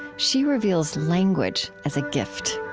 she reveals language as a gift.